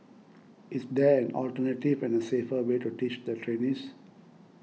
is there an alternative and a safer way to teach the trainees